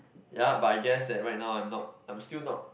ya but I guess that right now I'm not I'm still not